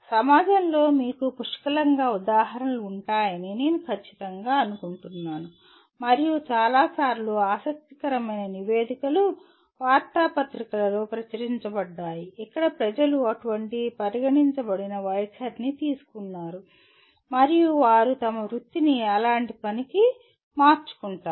సమాజంలో మీకు పుష్కలంగా ఉదాహరణలు ఉంటాయని నేను ఖచ్చితంగా అనుకుంటున్నాను మరియు చాలా సార్లు ఆసక్తికరమైన నివేదికలు వార్తాపత్రికలలో ప్రచురించబడ్డాయి ఇక్కడ ప్రజలు అటువంటి పరిగణించబడిన వైఖరిని తీసుకున్నారు మరియు వారు తమ వృత్తిని అలాంటి పనికి మార్చుకుంటారు